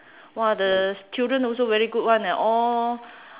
!wah! the student also very good [one] eh all